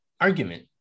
argument